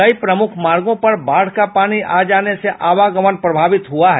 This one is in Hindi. कई प्रमुख मार्गो पर बाढ़ का पानी आ जाने से आवागमन प्रभावित हुआ है